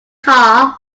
car